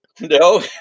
no